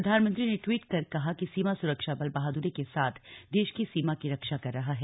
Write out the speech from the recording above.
प्रधानमंत्री ने ट्वीट कर कहा कि सीमा सुरक्षा बल बहादुरी के साथ देश की सीमा की रक्षा कर रहा है